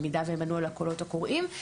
במידה והן ענו על הקולות הקוראים,